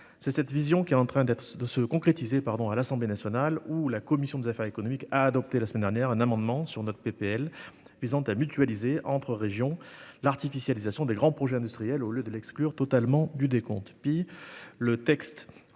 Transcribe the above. une autre vision semble s'exprimer à l'Assemblée nationale, où la commission des affaires économiques a adopté la semaine dernière un amendement à notre proposition de loi visant à mutualiser entre régions l'artificialisation des grands projets industriels, au lieu de l'exclure totalement du décompte. Pis encore, le texte